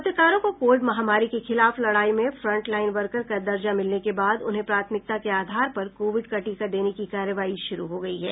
पत्रकारों को कोविड महामारी के खिलाफ लड़ाई में फ्रंट लाईन वर्कर का दर्जा मिलने के बाद उन्हें प्राथमिकता के आधार पर कोविड का टीका देने की कार्रवाई शुरू हो गयी है